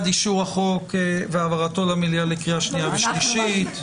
אישור הצעת החוק והעברתו למליאה לקריאה שנייה ושלישית?